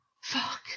Fuck